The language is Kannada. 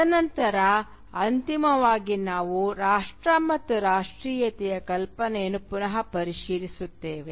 ತದನಂತರ ಅಂತಿಮವಾಗಿ ನಾವು ರಾಷ್ಟ್ರ ಮತ್ತು ರಾಷ್ಟ್ರೀಯತೆಯ ಕಲ್ಪನೆಯನ್ನು ಪುನಃ ಪರಿಶೀಲಿಸುತ್ತೇವೆ